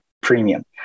premium